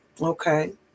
Okay